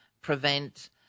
prevent